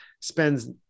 spends